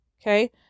Okay